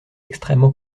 extrêmement